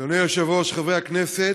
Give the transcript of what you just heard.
אדוני היושב-ראש,